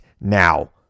now